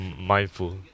mindful